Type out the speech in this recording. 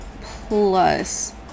Plus